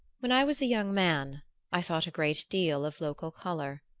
when i was a young man i thought a great deal of local color.